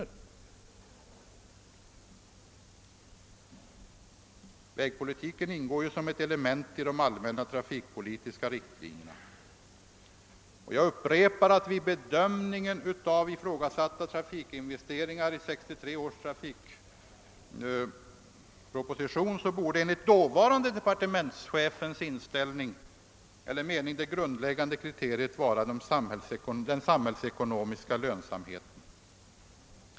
Vägpolitiken ingår ju som ett element i de allmänna trafikpolitiska riktlinjerna, som fastslogs av 1963 års riksdag. Vid bedömningen av ifrågasatta trafikinvesteringar borde enligt dåvarande departementschefens mening det grundläggande kriteriet vara — som jag också nyss sade — de olika investeringsobjektens samhällsekonomiska lönsamhet.